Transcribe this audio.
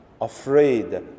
afraid